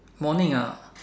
morning ah